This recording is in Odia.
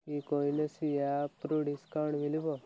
କି କୌଣସି ଆପ୍ରୁ ଡିସ୍କାଉଣ୍ଟ ମିଳିବ